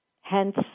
hence